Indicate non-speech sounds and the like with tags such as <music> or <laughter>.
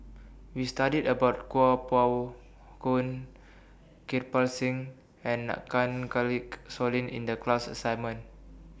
We studied about Kuo Pao Kun Kirpal Singh and <unintelligible> Soin in The class assignment